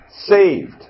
saved